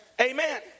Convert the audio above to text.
Amen